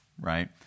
Right